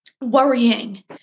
worrying